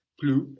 plus